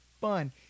fun